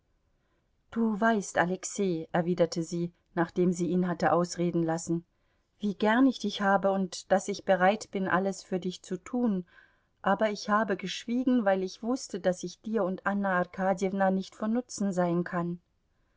du weißt alexei erwiderte sie nachdem sie ihn hatte ausreden lassen wie gern ich dich habe und daß ich bereit bin alles für dich zu tun aber ich habe geschwiegen weil ich wußte daß ich dir und anna arkadjewna nicht von nutzen sein kann